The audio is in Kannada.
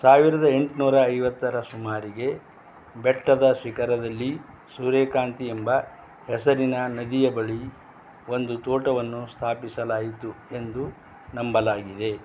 ಸಾವಿರದ ಎಂಟ್ನೂರ ಐವತ್ತರ ಸುಮಾರಿಗೆ ಬೆಟ್ಟದ ಶಿಖರದಲ್ಲಿ ಸೂರ್ಯಕಾಂತಿ ಎಂಬ ಹೆಸರಿನ ನದಿಯ ಬಳಿ ಒಂದು ತೋಟವನ್ನು ಸ್ಥಾಪಿಸಲಾಯಿತು ಎಂದು ನಂಬಲಾಗಿದೆ